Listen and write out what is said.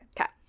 Okay